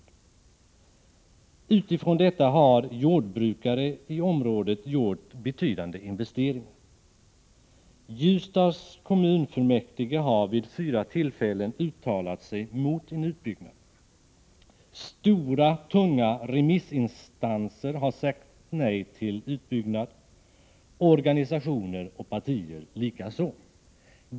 Med hänsyn härtill har jordbrukare i området gjort betydande investeringar. Ljusdals kommunfullmäktige har vid fyra tillfällen uttalat sig mot en utbyggnad. Stora, tunga remissinstanser har sagt nej till utbyggnad, organisationer och partier likaså.